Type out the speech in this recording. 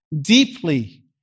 deeply